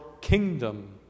kingdom